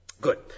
Good